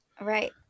right